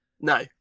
No